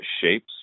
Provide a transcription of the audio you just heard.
shapes